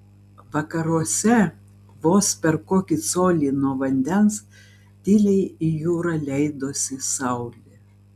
vakaruose vos per kokį colį nuo vandens tyliai į jūrą leidosi saulė